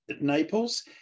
Naples